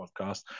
podcast